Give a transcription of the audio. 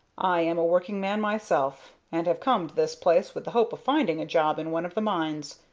i am a working-man myself, and have come to this place with the hope of finding a job in one of the mines.